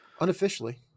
Unofficially